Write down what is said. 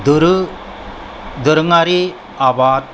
दोरोङारि आबाद